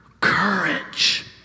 courage